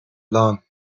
plan